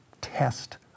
test